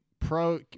pro